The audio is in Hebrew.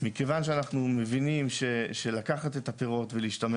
שאנחנו מבינים שלקחת את הפירות ולהשתמש